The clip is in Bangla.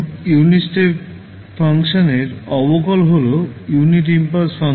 এখন ইউনিট স্টেপ ফাংশনের অবকলন হল ইউনিট ইমপালস ফাংশন